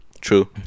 True